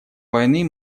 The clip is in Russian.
войны